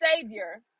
savior